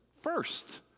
first